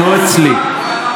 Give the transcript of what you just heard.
לא אצלי.